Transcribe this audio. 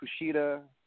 Kushida